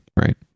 right